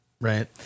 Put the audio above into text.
Right